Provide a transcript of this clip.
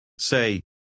Say